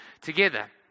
together